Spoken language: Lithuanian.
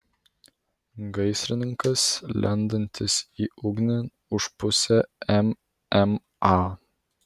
gaisrininkas lendantis į ugnį už pusę mma